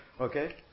Okay